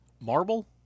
Marble